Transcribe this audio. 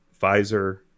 Pfizer